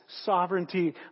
sovereignty